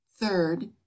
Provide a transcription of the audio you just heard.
Third